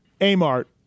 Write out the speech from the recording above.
A-Mart